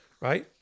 right